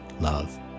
love